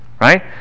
right